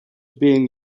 being